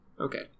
Okay